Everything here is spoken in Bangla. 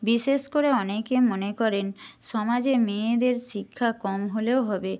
বিশেষ করে অনেকে মনে করেন সমাজে মেয়েদের শিক্ষা কম হলেও হবে